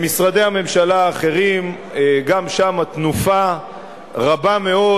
במשרדי הממשלה האחרים, גם שם התנופה רבה מאוד.